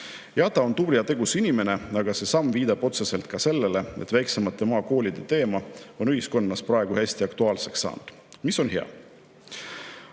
Ta on tubli ja tegus inimene, aga see samm viitab otseselt ka sellele, et väiksemate maakoolide teema on ühiskonnas praegu hästi aktuaalseks saanud. Ja see on hea.